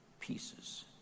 pieces